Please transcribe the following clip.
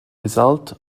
results